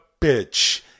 bitch